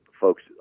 folks